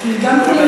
תרגמת לאיזו שפה?